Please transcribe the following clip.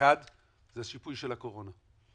האחד זה השיפוי של הקורונה.